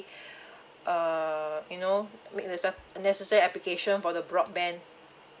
uh you know make nece~ necessary application for the broadband